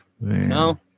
No